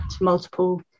multiple